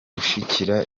gushyigikira